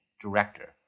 director